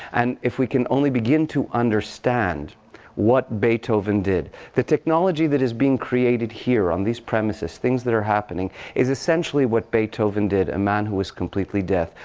and if we can only begin to understand what beethoven did the technology that is being created here on these premises, things that are happening, is essentially what beethoven did, a man who was completely deaf,